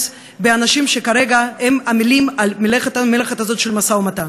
באנשים שכרגע עמלים על המלאכה הזאת של המשא-ומתן.